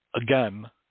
again